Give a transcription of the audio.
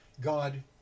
God